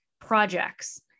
projects